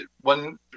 one